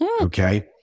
okay